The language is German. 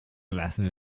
lassen